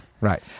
Right